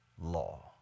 law